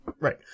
Right